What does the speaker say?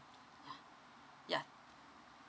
oh